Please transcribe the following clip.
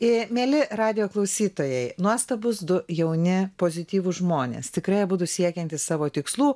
ė mieli radijo klausytojai nuostabūs du jauni pozityvūs žmonės tikrai abudu siekiantys savo tikslų